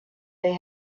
they